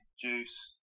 juice